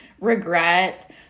regret